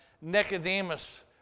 Nicodemus